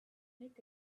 nick